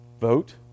Vote